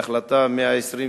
בהחלטה 128